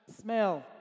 smell